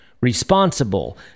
responsible